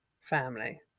family